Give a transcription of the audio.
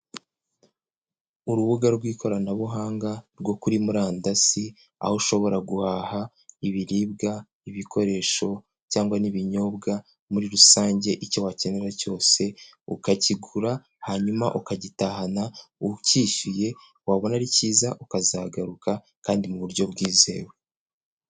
Urubuga rw'ikoranabuhanga rwo kuri murandasi aho ushobora guhaha ibiribwa ibikoresho cyangwa n'ibinyobwa muri rusange icyo wakenera cyose ukakigura hanyuma ukagitahana ucyishyuye wabona ari cyiza ukazagaruka kandi mu buryo bwizewe.